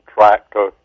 Tractor